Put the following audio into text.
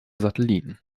satelliten